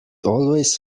always